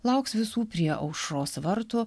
lauks visų prie aušros vartų